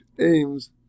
aims